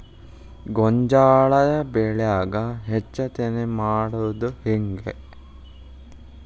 ಗೋಂಜಾಳ ಬೆಳ್ಯಾಗ ಹೆಚ್ಚತೆನೆ ಮಾಡುದ ಹೆಂಗ್?